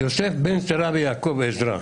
יוסף בן שרה ויעקב בעזרא,